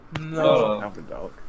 No